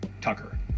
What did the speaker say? tucker